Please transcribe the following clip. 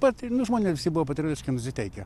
pat nu žmonės visi buvo patriotiškai nusiteikę